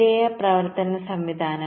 ശരിയായ പ്രവർത്തന സംവിധാനം